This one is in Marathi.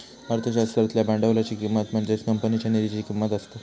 अर्थशास्त्रातल्या भांडवलाची किंमत म्हणजेच कंपनीच्या निधीची किंमत असता